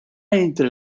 entre